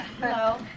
Hello